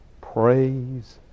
praise